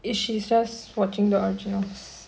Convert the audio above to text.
is she's just watching the originals